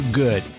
good